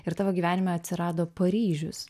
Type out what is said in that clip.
ir tavo gyvenime atsirado paryžius